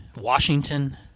Washington